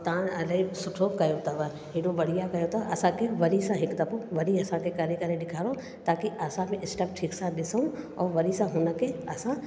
और तव्हां इलाही सुठो कयो अथव हेॾो बढ़िया कयो अथव असांखे वरी सां हिकु दफ़ो वरी असांखे करे करे ॾेखारो ताकि असां बि स्टैप ठीकु सां ॾिसूं ऐं वरी सां हुनखे असां